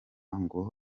ngo